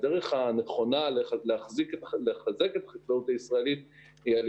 הדרך הנכונה לחזק את החקלאות הישראלית היא על